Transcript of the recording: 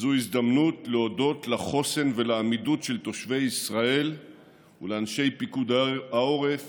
זו הזדמנות להודות על החוסן והעמידות של תושבי ישראל ולאנשי פיקוד העורף